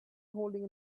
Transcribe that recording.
holding